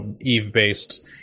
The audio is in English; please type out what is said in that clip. Eve-based